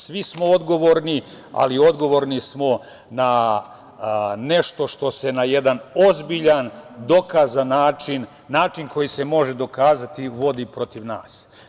Svi smo odgovorni, ali odgovorni smo na nešto što se na jedan ozbiljan, dokazan način, način koji se može dokazati, vodi protiv nas.